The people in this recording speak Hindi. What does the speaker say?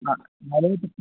ना